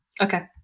Okay